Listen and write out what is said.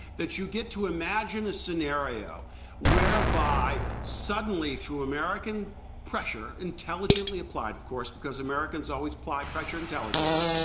that you get to imagine a scenario whereby suddenly, through american pressure, intelligently applied, of course, because americans alwaysapply pressure intelligently,